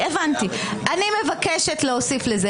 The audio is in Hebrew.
פינדרוס, בבקשה, תחזור על זה.